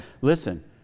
listen